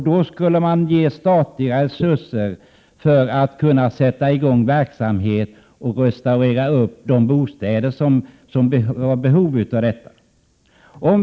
Då skulle statliga resurser ges för att verksamhet skulle kunna sättas i gång och för att de bostäder som var i behov av det skulle restaureras.